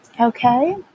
okay